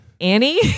Annie